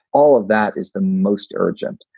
all of that is the most urgent.